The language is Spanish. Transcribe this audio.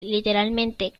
literalmente